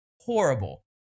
horrible